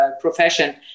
profession